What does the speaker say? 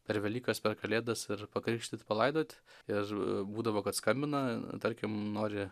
per velykas per kalėdas ir pakrikštyt palaidot ir būdavo kad skambina tarkim nori